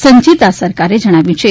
સંચિતા સરકારે જણાવ્યુ છે